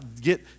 get